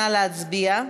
נא להצביע.